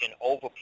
over